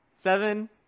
Seven